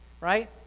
right